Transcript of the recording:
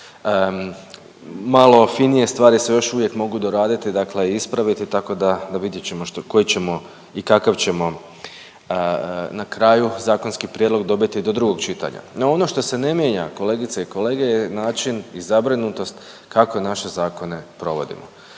malo finije stvari se još uvijek mogu doraditi i ispraviti tako da vidit ćemo, koji ćemo i kakav ćemo na kraju zakonski prijedlog dobiti do drugog čitanja. No ono što se ne mijenja kolegice i kolege je način i zabrinutost kako naše zakone provodimo.